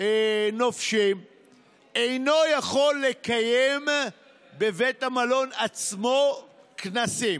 נופשים אינו יכול לקיים בבית המלון עצמו כנסים.